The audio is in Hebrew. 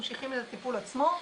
ממשיכים את הטיפול עצמו.